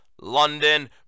London